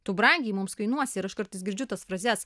tu brangiai mums kainuosi ir aš kartais girdžiu tas frazes